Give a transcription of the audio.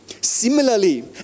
Similarly